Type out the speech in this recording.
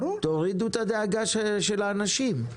תורידו את הדאגה של האנשים.